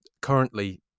currently